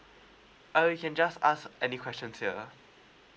uh you can just ask any questions here